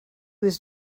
was